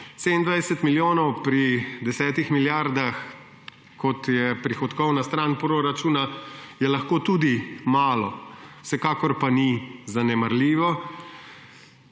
27 milijonov pri 10 milijardah, kot je prihodkovna stran proračuna, je lahko tudi malo, vsekakor pa ni zanemarljivo.